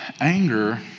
Anger